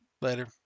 Later